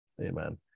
Amen